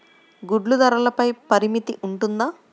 గుడ్లు ధరల పై పరిమితి ఉంటుందా?